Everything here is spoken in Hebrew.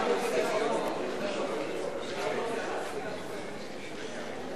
להלן תוצאות ההצבעה על ועדת החקירה בראשות דני